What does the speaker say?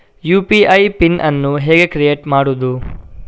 UPI PIN ಅನ್ನು ಹೇಗೆ create ಮಾಡುದು?